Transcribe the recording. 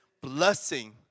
blessing